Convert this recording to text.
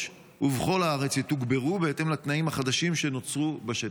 ובכל הארץ יתוגברו בהתאם לתנאים החדשים שנוצרו בשטח?